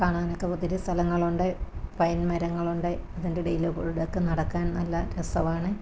കാണാനൊക്കെ ഒത്തിരി സ്ഥലങ്ങളുണ്ട് പൈൻ മരങ്ങളുണ്ട് അതിൻ്റെടയില്ക്കൂടൊക്കെ നടക്കാൻ നല്ല രസമാണ്